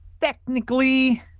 technically